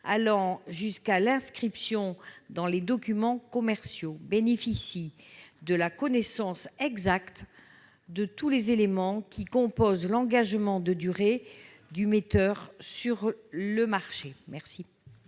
allant jusqu'à l'inscription dans les documents commerciaux, bénéficient de la connaissance exacte de tous les éléments qui composent l'engagement de durée du metteur sur le marché. Le